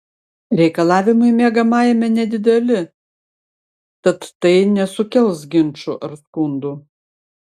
reikalavimai miegamajame nedideli tad tai nesukels ginčų ar skundų